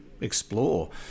explore